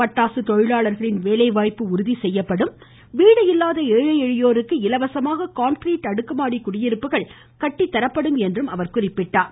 பட்டாசு தொழிலாளர்களின் வேலைவாய்ப்பு உறுதி செய்யப்படும் வீடு இல்லாத ஏழை எளியோருக்கு இலவசமாக கான்கிரீட் அடுக்குமாடி குடியிருப்புகள் கட்டித்தரப்படும் என்றும் அவர் தெரிவித்தார்